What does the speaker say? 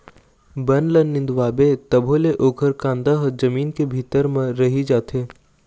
बन ल निंदवाबे तभो ले ओखर कांदा ह जमीन के भीतरी म रहि जाथे